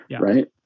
right